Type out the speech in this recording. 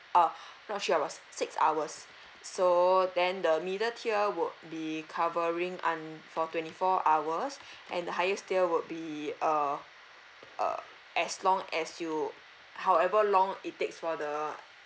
uh not three hours six hours so then the middle tier would be covering un~ for twenty four hours and the highest tier would be uh uh as long as you however long it takes for the